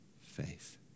faith